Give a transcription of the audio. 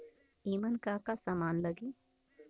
ईमन का का समान लगी?